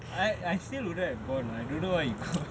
I I still wouldn't have gone lah I don't know why you go